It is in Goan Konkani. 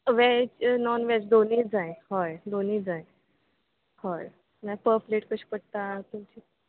वॅज नॉन वेज दोनी जाय हय दोनी जाय हय ना पर प्लेट कशी पडटा तेंची